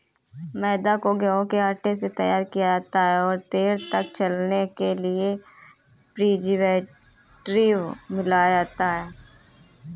मैदा को गेंहूँ के आटे से तैयार किया जाता है और देर तक चलने के लिए प्रीजर्वेटिव मिलाया जाता है